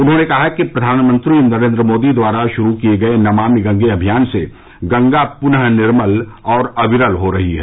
उन्होंने कहा कि प्रधानमंत्री नरेंद्र मोदी द्वारा शुरू किए गए नमामि गंगे अभियान से गंगा प्नः निर्मल और अविरल हो रही है